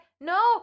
no